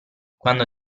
quando